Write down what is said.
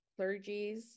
clergies